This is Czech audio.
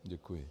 Děkuji.